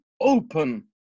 open